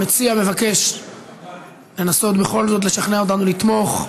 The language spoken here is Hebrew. המציע מבקש לנסות בכל זאת לשכנע אותנו לתמוך.